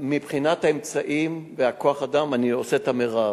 מבחינת אמצעים וכוח-האדם, אני עושה את המירב.